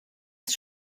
ist